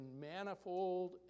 manifold